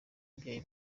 ababyeyi